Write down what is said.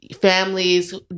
families